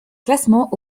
classement